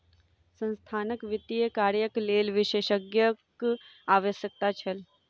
संस्थानक वित्तीय कार्यक लेल विशेषज्ञक आवश्यकता छल